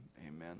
amen